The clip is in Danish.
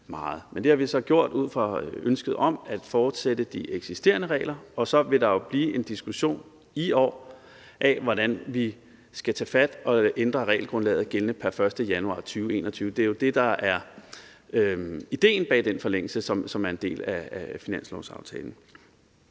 Det har vi så gjort ud fra ønsket om at fortsætte med de eksisterende regler, og så vil der jo blive en diskussion i år om, hvordan vi skal tage fat og ændre regelgrundlaget gældende pr. 1. januar 2021 – det er jo det, der er ideen bag den forlængelse, som er en del af finanslovsaftalen.